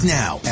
now